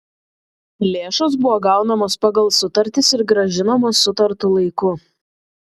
lėšos buvo gaunamos pagal sutartis ir grąžinamos sutartu laiku